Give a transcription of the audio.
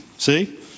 See